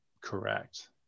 correct